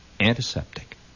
antiseptic